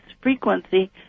frequency